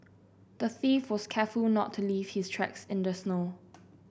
the thief was careful not to leave his tracks in the snow